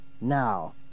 now